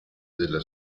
della